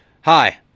Hi